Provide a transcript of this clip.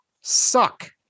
suck